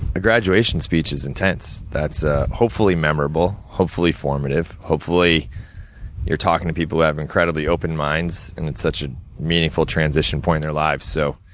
a graduation speech is intense. that's ah hopefully memorable, hopefully formative, hopefully you're talking to people who have incredibly open minds, and it's such a meaningful transition point in their lives. so